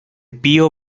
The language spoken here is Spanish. pío